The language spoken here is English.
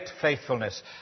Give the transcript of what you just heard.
faithfulness